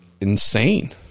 insane